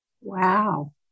Wow